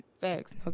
Facts